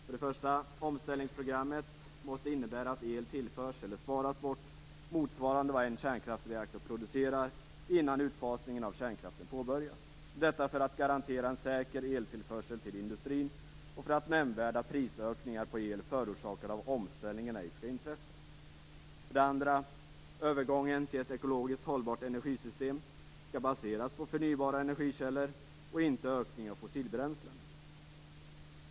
För det första: Omställningsprogrammet måste innebära att el tillförs eller sparas bort motsvarande vad en kärnkraftreaktor producerar innan utfasningen av kärnkraften påbörjas, detta för att garantera en säker eltillförsel till industrin och för att nämnvärda prisökningar på el förorsakade av omställningen ej skall inträffa. För det andra: Övergången till ett ekologiskt hållbart energisystem skall baseras på förnybara energikällor och inte på en ökning av fossilbränslen.